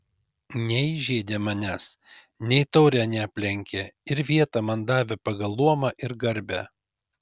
neįžeidė manęs nei taure neaplenkė ir vietą man davė pagal luomą ir garbę